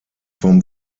vom